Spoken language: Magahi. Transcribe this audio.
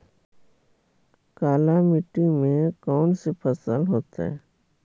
काला मिट्टी में कौन से फसल होतै?